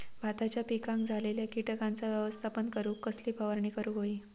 भाताच्या पिकांक झालेल्या किटकांचा व्यवस्थापन करूक कसली फवारणी करूक होई?